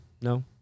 no